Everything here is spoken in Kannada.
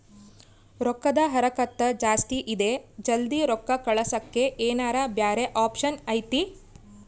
ರೊಕ್ಕದ ಹರಕತ್ತ ಜಾಸ್ತಿ ಇದೆ ಜಲ್ದಿ ರೊಕ್ಕ ಕಳಸಕ್ಕೆ ಏನಾರ ಬ್ಯಾರೆ ಆಪ್ಷನ್ ಐತಿ?